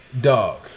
dog